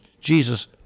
Jesus